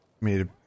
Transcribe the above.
made